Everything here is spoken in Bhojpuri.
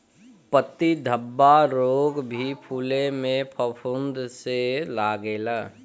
पत्ती धब्बा रोग भी फुले में फफूंद से लागेला